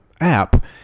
app